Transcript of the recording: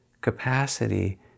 capacity